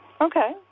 Okay